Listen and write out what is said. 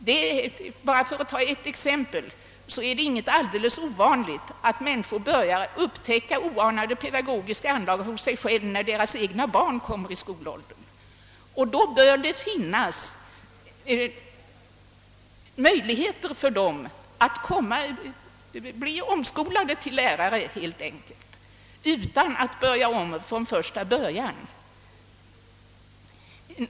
För att bara ta ett exempel vill jag nämna att det inte är alldeles ovanligt, att människor upptäcker oanade peda 3ogiska anlag hos sig själva när deras egna barn kommer upp i skolåldern. Då bör det finnas möjligheter för dem att helt enkelt bli omskolade till lärare utan att börja om från början.